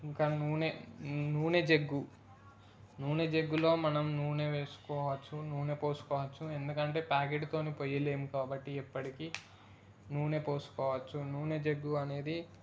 ఇంకా నూనె నూనె జగ్గు నూనె జగ్గులో మనం నూనె వేసుకోవచ్చు నూనె పోసుకోవచ్చు ఎందుకంటే ప్యాకెట్తో పొయ్యలేము కాబట్టి ఎప్పటికీ నూనె పోసుకోవచ్చు నూనె జగ్గు అనేది